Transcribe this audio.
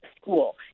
school